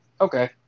Okay